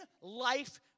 life